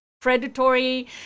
predatory